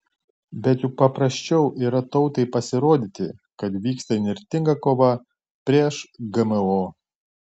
bet juk paprasčiau yra tautai pasirodyti kad vyksta įnirtinga kova prieš gmo